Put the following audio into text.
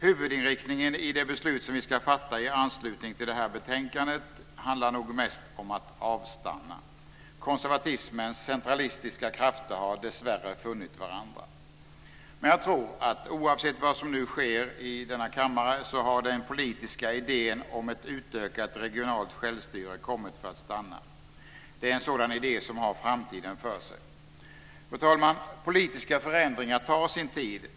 Huvudinriktningen i det beslut som vi ska fatta i anslutning till detta betänkande handlar nog mest om att avstanna. Konservatismens centralistiska krafter har dess värre funnit varandra. Men jag tror att oavsett vad som nu sker i denna kammare så har den politiska idén om ett utökat regionalt självstyre kommit för att stanna. Det är en sådan idé som har framtiden för sig. Fru talman! Politiska förändringar tar sin tid.